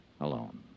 alone